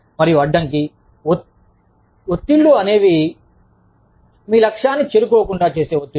మరియు అడ్డంకి ఒత్తిళ్లు అనేవి మీ లక్ష్యాన్ని చేరుకోకుండా చేసే ఒత్తిళ్లు